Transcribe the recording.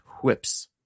whips